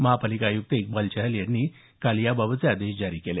महापालिका आयुक्त इक्बाल चहल यांनी काल याबाबतचे आदेश जारी केले